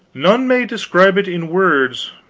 none may describe it in words.